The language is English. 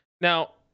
Now